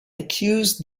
accuse